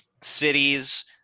cities